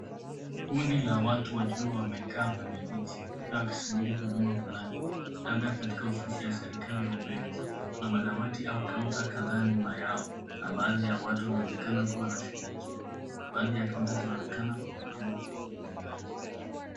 Kundi la watu wakiwa wamekaa kwenye viti huenda wakisubiri huduma fulani labda katika ofisi ya serikali au benki. Kuna madawati au kaunta kadhaa nyuma yao na baadhi ya watu wanaonekana wakiwa wanashugulikiwa. Baadhi ya kaunta zinaonekana kuwa na namba juu yake.